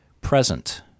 present